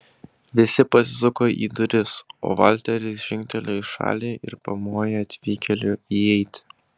visi pasisuko į duris o valteris žingtelėjo į šalį ir pamojo atvykėliui įeiti